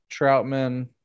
Troutman